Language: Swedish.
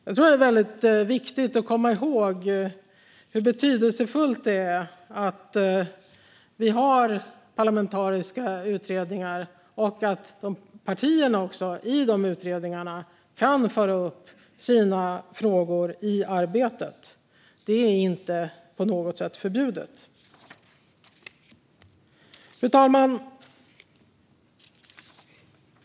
Jag tror att det är väldigt viktigt att komma ihåg hur betydelsefullt det är att vi har parlamentariska utredningar och att partierna i dessa utredningar kan föra upp sina frågor i arbetet. Det är inte på något sätt förbjudet. Fru talman!